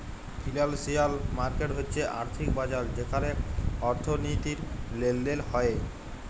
financial market হচ্যে আর্থিক বাজার যেখালে অর্থনীতির লেলদেল হ্য়েয়